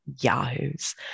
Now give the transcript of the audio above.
Yahoos